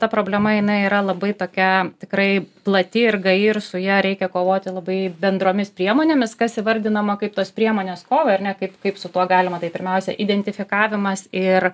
ta problema jinai yra labai tokia tikrai plati ir gaji ir su ja reikia kovoti labai bendromis priemonėmis kas įvardinama kaip tos priemonės kovai ar ne kaip kaip su tuo galima tai pirmiausia identifikavimas ir